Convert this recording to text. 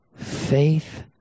Faith